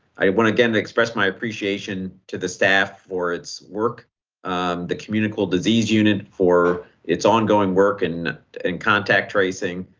i want again, to express my appreciation to the staff for its work the communicable disease unit for its ongoing work and and contact tracing,